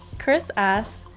chris asked,